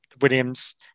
Williams